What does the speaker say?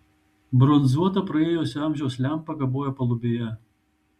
bronzuota praėjusio amžiaus lempa kabojo palubėje